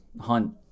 hunt